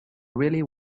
really